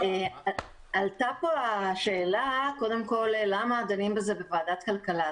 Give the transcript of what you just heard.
עלתה פה השאלה למה דנים בזה בוועדת כלכלה.